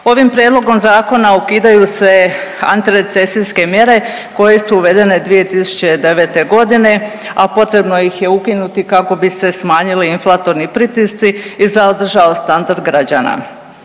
Ovim prijedlogom zakona ukidaju se antirecesijske mjere koje su uvedene 2009.g., a potrebno ih je ukinuti kako bi se smanjili inflatorni pritisci i zadržao standard građana.